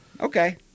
okay